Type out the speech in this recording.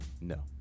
No